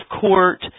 court